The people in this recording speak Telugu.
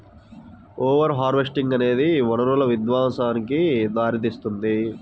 ఓవర్ హార్వెస్టింగ్ అనేది వనరుల విధ్వంసానికి దారితీస్తుంది